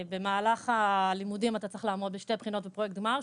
במהלך הלימודים אתה צריך לעמוד בשתי בחינות ופרויקט גמר,